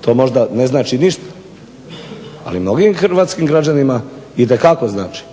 to možda ne znači ništa, ali mnogim hrvatskim građanima itekako znači,